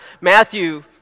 Matthew